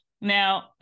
now